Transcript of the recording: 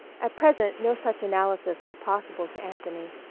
at present no such analysis was possible to anthony.